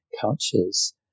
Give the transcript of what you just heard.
couches